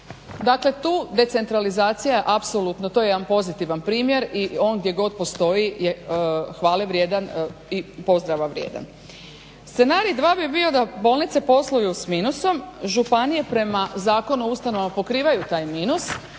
Dakle, tu decentralizacija je apsolutno, to je jedan pozitivan primjer i on gdje god postoji, je hvalevrijedan i pozdrava vrijedan. Scenarij dva bi bio da bolnice posluju s minusom županije prema Zakonu o ustanovama pokrivaju taj minus,